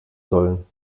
sollen